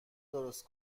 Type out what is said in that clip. درست